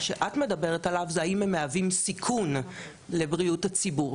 מה שאת מדברת עליו זה האם הם מהווים סיכון לבריאות הציבור,